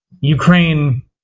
ukraine